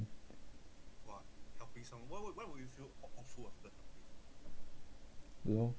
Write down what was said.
don't know